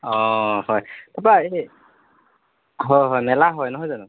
অঁ হয় তাপা এই হয় হয় মেলা হয় নহয় জানো